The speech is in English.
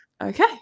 okay